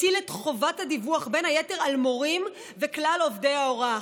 הטיל את חובת הדיווח בין היתר על מורים וכלל עובדי ההוראה,